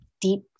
deep